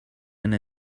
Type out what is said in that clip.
and